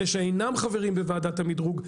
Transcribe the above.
אלה שאינם חברים בוועדת המדרוג,